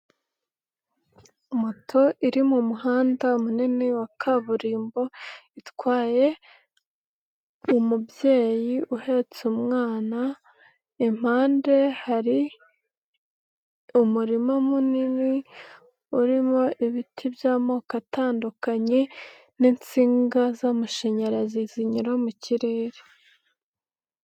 Moto iri mu muhanda munini wa kaburimbo itwaye umubyeyi uhetse umwana, impande hari umurima munini urimo ibiti by'amoko atandukanye n'insinga z'amashanyarazi zinyura mu kirere.